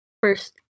first